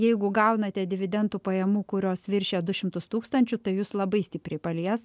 jeigu gaunate dividendų pajamų kurios viršija du šimtus tūkstančių tai jus labai stipriai palies